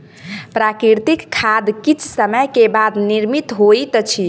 प्राकृतिक खाद किछ समय के बाद निर्मित होइत अछि